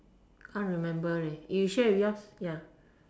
can't remember leh you share yours ya